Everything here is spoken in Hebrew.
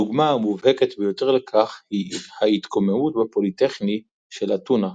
הדוגמה המובהקת ביותר לכך היא ההתקוממות בפוליטכני של אתונה,